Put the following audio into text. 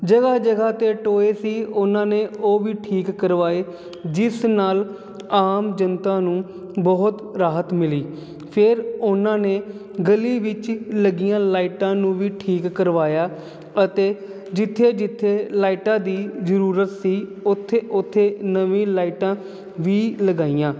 ਜਗ੍ਹਾ ਜਗ੍ਹਾ ਤੇ ਟੋਏ ਸੀ ਉਹਨਾਂ ਨੇ ਉਹ ਵੀ ਠੀਕ ਕਰਵਾਏ ਜਿਸ ਨਾਲ ਆਮ ਜਨਤਾ ਨੂੰ ਬਹੁਤ ਰਾਹਤ ਮਿਲੀ ਫਿਰ ਉਹਨਾਂ ਨੇ ਗਲੀ ਵਿੱਚ ਲੱਗੀਆਂ ਲਾਈਟਾਂ ਨੂੰ ਵੀ ਠੀਕ ਕਰਵਾਇਆ ਅਤੇ ਜਿੱਥੇ ਜਿੱਥੇ ਲਾਈਟਾਂ ਦੀ ਜਰੂਰਤ ਸੀ ਉਥੇ ਉਥੇ ਨਵੀਂ ਲਾਈਟਾਂ ਵੀ ਲਗਾਈਆਂ